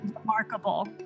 remarkable